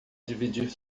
dividir